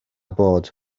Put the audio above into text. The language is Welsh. bod